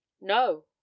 No